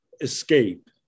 escape